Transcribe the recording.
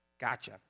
Gotcha